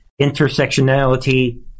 intersectionality